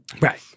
Right